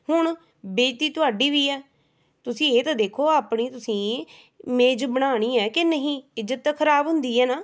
ਹੁਣ ਬੇਜ਼ਇਤੀ ਤੁਹਾਡੀ ਵੀ ਹੈ ਤੁਸੀਂ ਇਹ ਤਾਂ ਦੇਖੋ ਆਪਣੀ ਤੁਸੀਂ ਇਮੇਜ ਬਣਾਉਈ ਹੈ ਕਿ ਨਹੀਂ ਇੱਜ਼ਤ ਤਾਂ ਖ਼ਰਾਬ ਹੁੰਦੀ ਹੈ ਨਾ